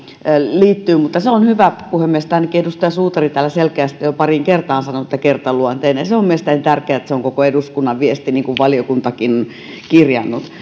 liittyy mutta se on hyvä puhemies että ainakin edustaja suutari täällä selkeästi jo pariin kertaan sanoi että kertaluonteinen se on mielestäni tärkeää että se on koko eduskunnan viesti niin kuin valiokuntakin on kirjannut